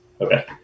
okay